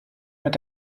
mit